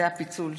זה הפיצול.